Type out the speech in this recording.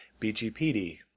BGPD